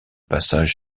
passage